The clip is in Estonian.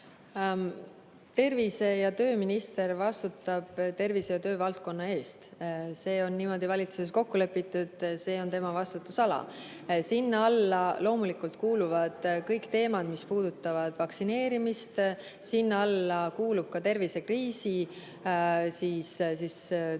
Tervise- ja tööminister vastutab tervise- ja töövaldkonna eest. See on niimoodi valitsuses kokku lepitud, see on tema vastutusala. Sinna alla loomulikult kuuluvad kõik teemad, mis puudutavad vaktsineerimist. Sinna alla kuuluvad ka tervisekriisis ette tulnud